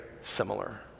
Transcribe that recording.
similar